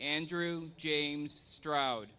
andrew james stroud